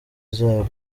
zabo